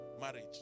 marriage